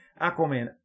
Aquaman